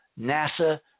NASA